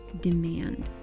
demand